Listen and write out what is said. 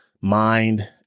mind